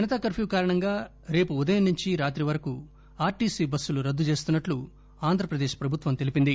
Janata curfew కారణంగా రేపు ఉదయం నుంచి రాత్రి వరకు ఆర్ టిసి బస్సులు రద్దు చేస్తున్పట్లు ఆంధ్ర ప్రదేశ్ ప్రభుత్వం తెలిపింది